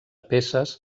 peces